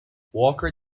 walker